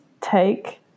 take